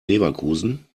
leverkusen